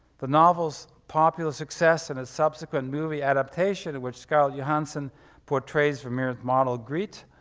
the novel's popular success and its subsequent movie adaptation which scarlett johannson portrays vermeer's model, griet,